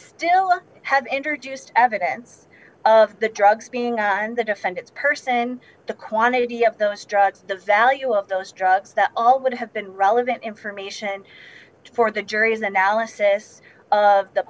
still have introduced evidence of the drugs being on the defendant's person the quantity of those drugs the value of those drugs that all would have been relevant information for the jury's an